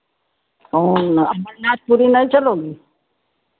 कौन अमरनाथ पुरी नहीं चलोगी